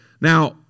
Now